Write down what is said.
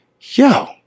yo